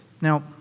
Now